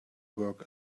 work